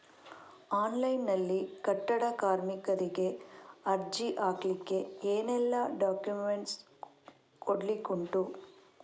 Online ನಲ್ಲಿ ಕಟ್ಟಡ ಕಾರ್ಮಿಕರಿಗೆ ಅರ್ಜಿ ಹಾಕ್ಲಿಕ್ಕೆ ಏನೆಲ್ಲಾ ಡಾಕ್ಯುಮೆಂಟ್ಸ್ ಕೊಡ್ಲಿಕುಂಟು?